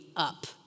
up